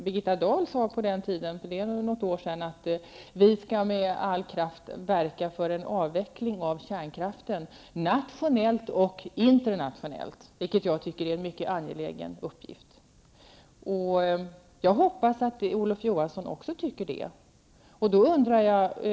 Birgitta Dahl sade på den tiden -- det är något år sedan -- att vi skall med all kraft verka för en avveckling av kärnkraften, nationellt och internationellt. Det tycker jag är en mycket angelägen uppgift. Jag hoppas att Olof Johansson också tycker det.